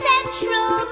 Central